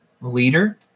leader